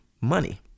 money